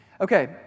Okay